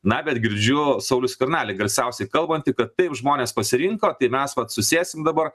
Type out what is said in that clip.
na bet girdžiu saulių skvernelį garsiausiai kalbantį kad taip žmonės pasirinko tai mes susėsim dabar